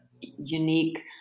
unique